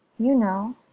you know,